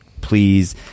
please